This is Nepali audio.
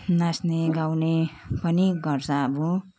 नाच्ने गाउने पनि गर्छ अब